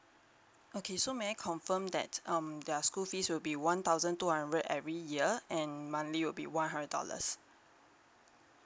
okay so may I confirm that um their school fees would be one thousand two hundred every year and monthly would be one hundred dollars